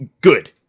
good